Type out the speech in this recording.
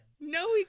no